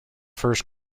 first